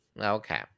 Okay